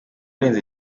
urenze